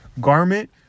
garment